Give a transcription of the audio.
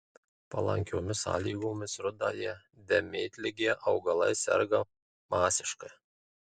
palankiomis sąlygomis rudąja dėmėtlige augalai serga masiškai